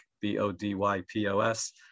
B-O-D-Y-P-O-S